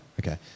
okay